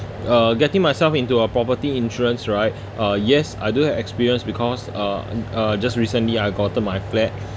uh getting myself into a property insurance right uh yes I do have experience because uh uh just recently I gotten my flat